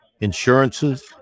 Insurances